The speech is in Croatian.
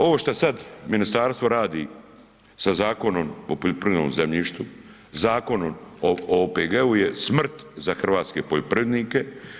Ovo šta sad ministarstvo radi sa Zakonom o poljoprivrednom zemljištu, Zakonom o OPG-u je smrt za hrvatske poljoprivrednike.